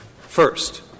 First